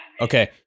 Okay